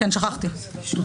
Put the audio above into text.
שכחתי.